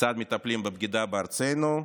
כיצד מטפלים בבגידה בארצנו?